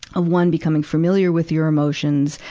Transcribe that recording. of one, becoming familiar with your emotions,